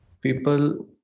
People